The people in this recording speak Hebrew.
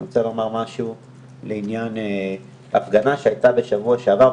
אני רוצה לומר משהו על הפגנה שהייתה בשבוע שעבר.